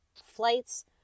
Flights